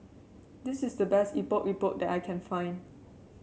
this is the best Epok Epok that I can find